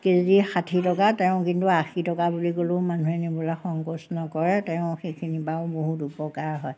KG ষাঠি টকা তেওঁ কিন্তু আশী টকা বুলি ক'লেও মানুহে নিবলৈ সংকোচ নকৰে তেওঁ সেইখিনিৰপৰাও বহুত উপকাৰ হয়